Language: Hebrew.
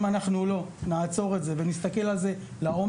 אם אנחנו לא נעצור את זה ונסתכל על זה לעומק,